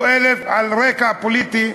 על רקע פוליטי,